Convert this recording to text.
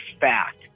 fact